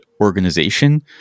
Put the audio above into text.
organization